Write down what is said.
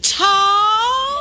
tall